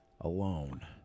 alone